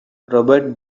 robert